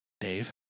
Dave